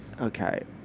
Okay